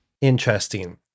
Interesting